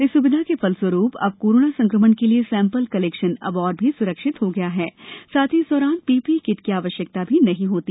इस सुविधा के फलस्वरूप अब कोरोना संक्रमण के लिए सैम्पल कलेक्शन अब और भी सुरक्षित हो गया है साथ ही इस दौरान पीपीई किट की आवश्यकता भी नहीं होती